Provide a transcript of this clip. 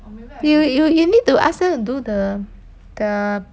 you you you need to ask her to do the the